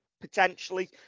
potentially